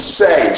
say